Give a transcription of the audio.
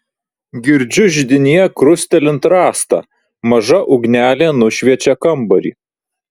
girdžiu židinyje krustelint rastą maža ugnelė nušviečia kambarį